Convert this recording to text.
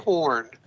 Horn